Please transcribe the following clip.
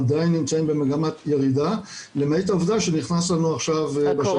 נמצאת במגמת ירידה למעט העובדה שנכנס לנו עכשיו בשנים